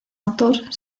actor